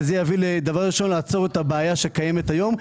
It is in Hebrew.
וזה יביא דבר ראשון לעצור את הבעיה שקיימת היום.